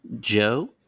Joe